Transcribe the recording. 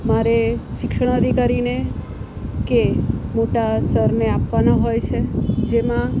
મારે શિક્ષણાઅધિકારીને કે મોટા સરને આપવાનો હોય છે જેમાં